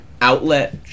Outlet